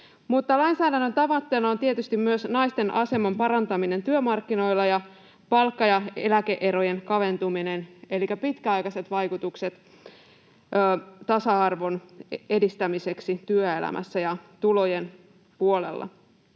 lainsäädännön tavoitteena on tietysti myös naisten aseman parantaminen työmarkkinoilla ja palkka- ja eläke-erojen kaventuminen elikkä pitkäaikaiset vaikutukset tasa-arvon edistämiseksi työelämässä ja tulojen puolella.